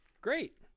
great